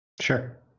Sure